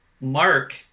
Mark